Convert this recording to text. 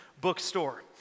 bookstore